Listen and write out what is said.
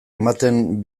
ematen